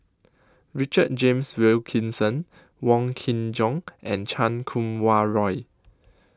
Richard James Wilkinson Wong Kin Jong and Chan Kum Wah Roy